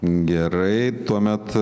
gerai tuomet